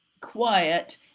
quiet